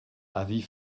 avis